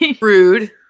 Rude